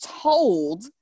told